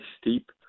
steep